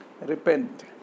Repent